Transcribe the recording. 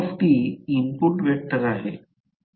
xn uइनपुट vector आहे